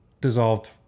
dissolved